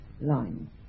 line